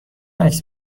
عکس